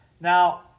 Now